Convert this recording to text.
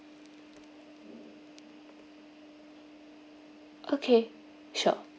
okay sure